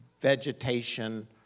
vegetation